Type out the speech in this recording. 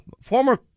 Former